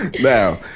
Now